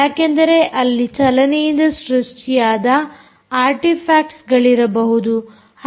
ಯಾಕೆಂದರೆ ಅಲ್ಲಿ ಚಲನೆಯಿಂದ ಸೃಷ್ಟಿಯಾದ ಆರ್ಟಿಫಾಕ್ಟ್ಸ್ಗಳಿರಬಹುದು